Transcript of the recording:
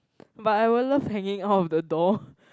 but I would love hanging out of the door